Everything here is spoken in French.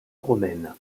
romaine